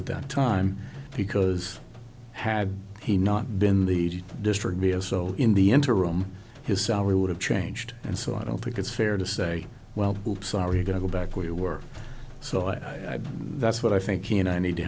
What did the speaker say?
at that time because had he not been the distributive soul in the interim his salary would have changed and so i don't think it's fair to say well so are you going to go back where you were so i that's what i think he and i need to